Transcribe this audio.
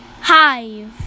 Hive